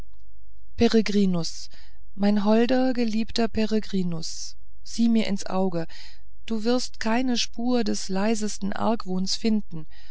peregrinus mein holder geliebter peregrinus sieh mir ins auge du wirst keine spur des leisesten argwohns finden